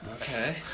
Okay